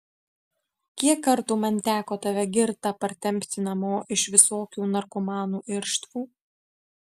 kiek kartų man teko tave girtą partempti namo iš visokių narkomanų irštvų